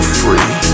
free